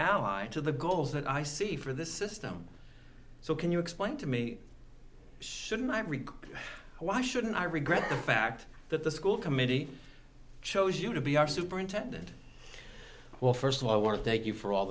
ally to the goals that i see for the system so can you explain to me should my why shouldn't i regret the fact that the school committee chose you to be our superintendent well first of all i want to thank you for all